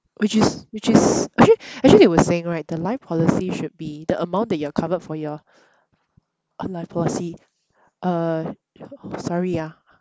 which is which is actually actually they were saying right the life policy should be the amount that you are covered for your uh life policy uh sorry ah